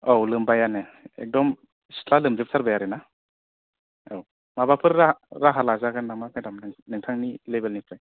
औ लोमबायानो एकदम सिथ्ला लोमजोब थारबाय आरोना औ माबाफोर राहा राहा लाजागोन नामा मेडाम नोंथांनि लेभेलनिफ्राय